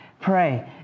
pray